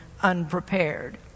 unprepared